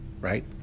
right